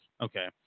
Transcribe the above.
okay